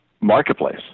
marketplace